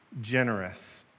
generous